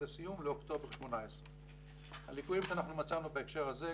הסיום לאוקטובר 18'. הליקויים שאנחנו מצאנו בהקשר הזה,